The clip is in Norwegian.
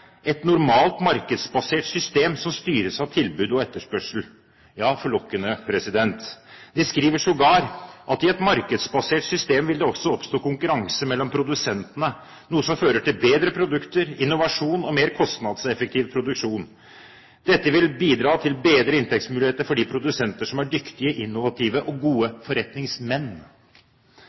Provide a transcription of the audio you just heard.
et markedsbasert system bidra til en høyere produksjon. I et markedsbasert system vil det også oppstå konkurranse mellom produsentene, noe som fører til bedre produkter, innovasjon og mer kostnadseffektiv produksjon. Dette vil bidra til bedre inntektsmuligheter for de produsenter som er dyktige, innovative og gode forretningsmenn.